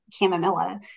chamomilla